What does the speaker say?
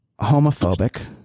homophobic